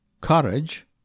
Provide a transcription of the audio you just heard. Courage